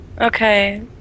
Okay